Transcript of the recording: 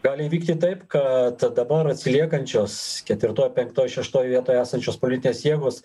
gali įvykti taip kad dabar atsiliekančios ketvirtoj penktoj šeštoj vietoj esančios politinės jėgos